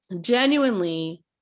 Genuinely